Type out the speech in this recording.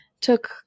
took